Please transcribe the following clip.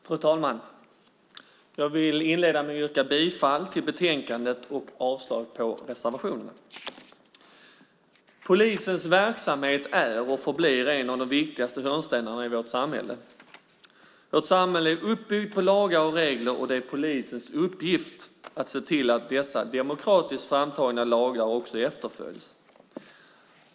Fru talman! Jag vill inleda med att yrka bifall till förslaget i betänkandet och avslag på reservationerna. Polisens verksamhet är och förblir en av de viktigaste hörnstenarna i vårt samhälle. Vårt samhälle är uppbyggt på lagar och regler, och det är polisens uppgift att se till att dessa demokratiskt framtagna lagar också efterföljs.